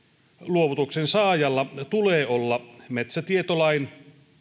luovutuksen saajalla tulee olla metsätietolain